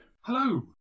Hello